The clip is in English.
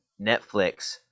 Netflix